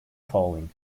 falling